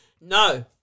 No